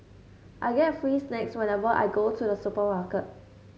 I get free snacks whenever I go to the supermarket